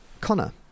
Connor